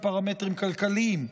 בפרמטרים כלכליים,